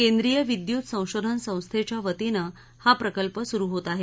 केंद्रीय विद्युत संशोधन संस्थेच्या हा वतीनं प्रकल्प सुरू होत आहे